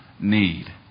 need